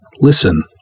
listen